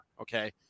Okay